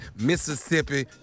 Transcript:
Mississippi